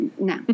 No